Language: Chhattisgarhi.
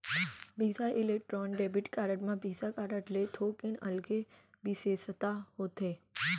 बिसा इलेक्ट्रॉन डेबिट कारड म बिसा कारड ले थोकिन अलगे बिसेसता होथे